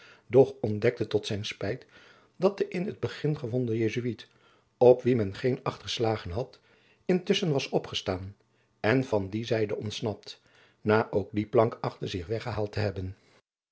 doch ontdekte tot zijn spijt dat de in t begin gewonde jesuit op wien men geen acht geslagen had intusschen was opgestaan en van die zijde ontsnapt na ook die plank achter zich weggehaald te hebben